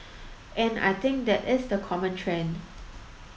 and I think that is the common thread